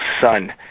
Son